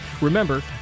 Remember